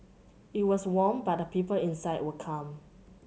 it was warm but the people inside were calm